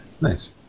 Nice